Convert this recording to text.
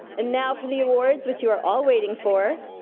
and now for the awards, which you are all waiting for,